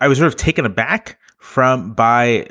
i was sort of taken aback from by